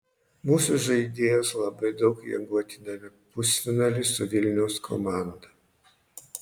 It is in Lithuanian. mūsų žaidėjos labai daug jėgų atidavė pusfinaliui su vilniaus komanda